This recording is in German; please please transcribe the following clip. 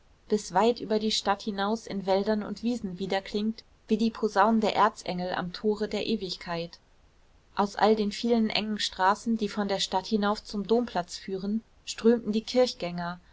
bis weit über die stadt hinaus in wäldern und wiesen widerklingt wie die posaunen der erzengel am tore der ewigkeit aus all den vielen engen straßen die von der stadt hinauf zum domplatz führen strömten die kirchgänger